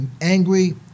angry